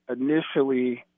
initially